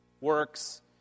works